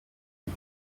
aha